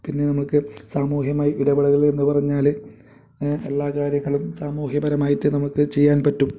പിന്നെ നമ്മൾക്ക് സാമൂഹികമായി ഇടപെടലുകൾ എന്നു പറഞ്ഞാൽ എല്ലാ കാര്യങ്ങളും സാമൂഹികപരമായിട്ട് നമുക്ക് ചെയ്യാൻ പറ്റും